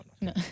No